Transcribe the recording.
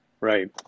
Right